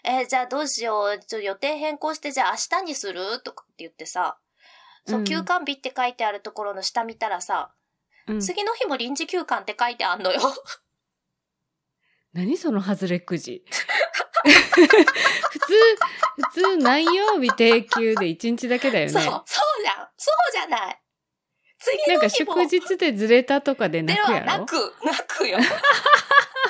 えー、じゃあどうしよう。じゃあ予定変更して、じゃあ明日にする？とかって言ってさ。うん。そう、休館日って書いてあるところの下見たらさ、うん。次の日も臨時休館って書いてあんのよ。何その外れくじ。 普通- 普通何曜日定休で一日だけだよね。そう、そうじゃん。そうじゃない。次の日も。なんか祝日でずれたとかでなくやろ？ではなく、なくよ。